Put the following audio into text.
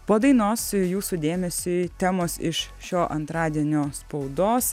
po dainos jūsų dėmesiui temos iš šio antradienio spaudos